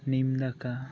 ᱱᱤᱢ ᱫᱟᱠᱟ